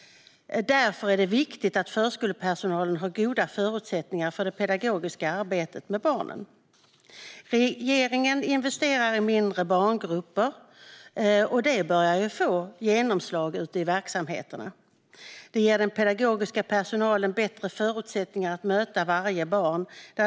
Därför är det viktigt att förskolepersonalen har goda förutsättningar för det pedagogiska arbetet med barnen. Regeringen investerar i mindre barngrupper, och det börjar få genomslag ute i verksamheterna. Det ger den pedagogiska personalen bättre förutsättningar att möta varje barn.